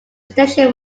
station